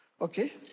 Okay